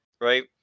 right